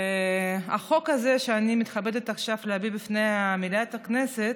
החוק הזה שאני מתכבדת עכשיו להביא בפני מליאת הכנסת,